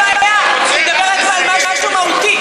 לא, אין בעיה, פשוט תדבר על משהו מהותי.